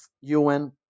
UN